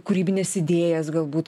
kūrybines idėjas galbūt